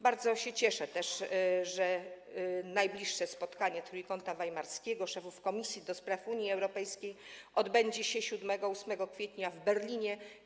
Bardzo się też cieszę, że najbliższe spotkanie Trójkąta Weimarskiego, szefów komisji ds. Unii Europejskiej odbędzie się 7 i 8 kwietnia w Berlinie.